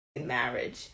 marriage